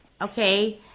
okay